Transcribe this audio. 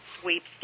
sweepstakes